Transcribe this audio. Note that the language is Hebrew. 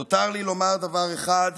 נותר לי לומר דבר אחד: